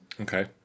Okay